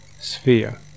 sphere